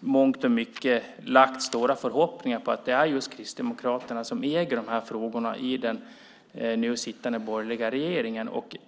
mångt och mycket lagt stora förhoppningar på att det är Kristdemokraterna som äger de här frågorna i den nu sittande borgerliga regeringen.